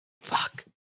Fuck